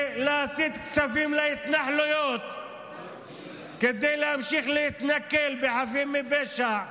ולהסיט כספים להתנחלויות כדי להמשיך להתנכל לחפים מפשע,